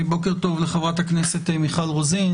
בוקר טוב לחברת הכנסת מיכל רוזין,